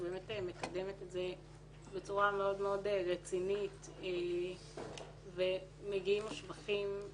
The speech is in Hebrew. שבאמת מקדמת את זה בצורה מאוד מאוד רצינית ומגיעים לה שבחים.